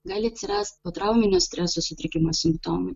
gali atsirast potrauminio streso sutrikimo simptomų